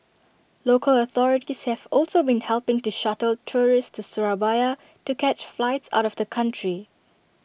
local authorities have also been helping to shuttle tourists to Surabaya to catch flights out of the country